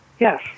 Yes